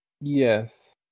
Yes